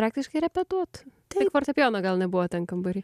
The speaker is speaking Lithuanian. praktiškai repetuot tai fortepijono gal nebuvo tam kambary